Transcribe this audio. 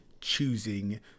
choosing